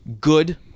good